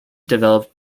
developed